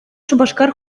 шупашкар